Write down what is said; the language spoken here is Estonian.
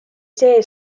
see